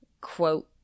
quote